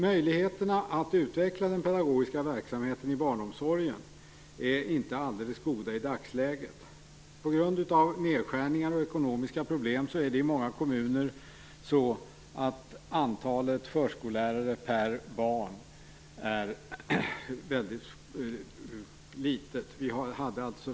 Möjligheterna att utveckla den pedagogiska verksamheten i barnomsorgen är inte alldeles goda i dagsläget. På grund av nedskärningar och ekonomiska problem är det i många kommuner så att antalet förskollärare per barn är litet.